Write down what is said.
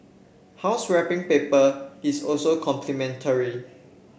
house wrapping paper is also complimentary